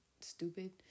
stupid